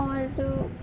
اور